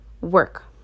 work